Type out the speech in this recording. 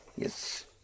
Yes